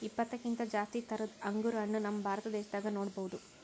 ಇಪ್ಪತ್ತಕ್ಕಿಂತ್ ಜಾಸ್ತಿ ಥರದ್ ಅಂಗುರ್ ಹಣ್ಣ್ ನಮ್ ಭಾರತ ದೇಶದಾಗ್ ನೋಡ್ಬಹುದ್